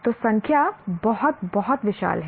तो संख्या बहुत बहुत विशाल हैं